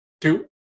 two